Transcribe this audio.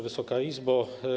Wysoka Izbo!